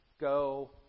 Go